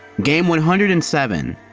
game one hundred and seven.